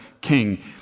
king